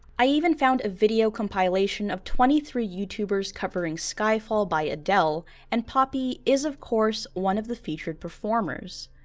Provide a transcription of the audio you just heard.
i even found a video compilation of twenty three youtubers covering skyfall by adele and poppy is of course one of the featured performers.